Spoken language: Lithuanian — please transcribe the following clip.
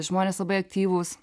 žmonės labai aktyvūs